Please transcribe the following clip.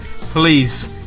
Please